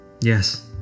Yes